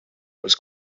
was